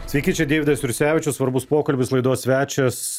sveiki čia deividas jursevičius svarbus pokalbis laidos svečias